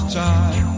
time